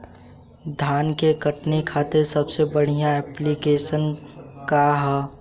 धान के कटनी खातिर सबसे बढ़िया ऐप्लिकेशनका ह?